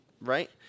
right